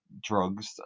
drugs